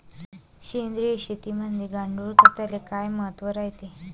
सेंद्रिय शेतीमंदी गांडूळखताले काय महत्त्व रायते?